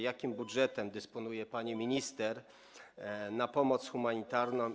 Jakim budżetem dysponuje pani minister na pomoc humanitarną?